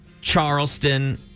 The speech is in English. Charleston